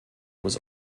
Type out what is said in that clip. was